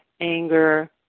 anger